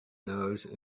nose